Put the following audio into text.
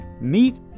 meet